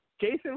Jason